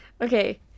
okay